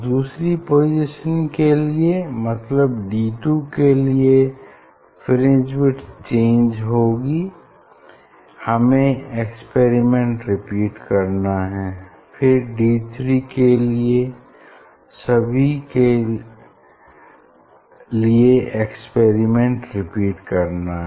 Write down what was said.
दूसरी पोजीशन के लिए मतलब D2 के लिए फ्रिंज विड्थ चेंज होगी हमें एक्सपेरिमेंट रिपीट करना है फिर D3 के लिए सभी के लिए एक्सपेरिमेंट रिपीट करना है